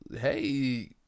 Hey